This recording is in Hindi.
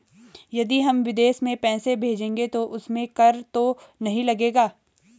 यदि हम विदेश में पैसे भेजेंगे तो उसमें कर तो नहीं लगेगा?